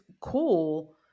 cool